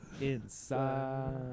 inside